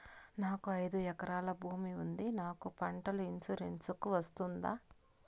నాకు ఐదు ఎకరాల భూమి ఉంది నాకు పంటల ఇన్సూరెన్సుకు వస్తుందా?